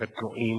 הקטנועים,